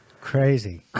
Crazy